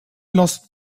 lost